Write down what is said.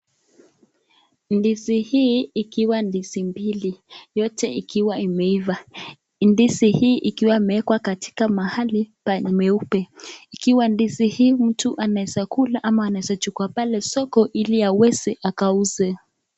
Ndizi hii ikiwa ndizi mbili, yote ikiwa imeiva. Ndizi hii ikiwa imeekwa katika mahali pa meupe, ikiwa ndizi hii mtu anaeza kula ama anaeza chukua pale soko ili aweze akauze.